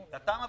מן הטעם הפשוט: